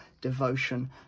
devotion